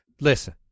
Listen